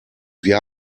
wir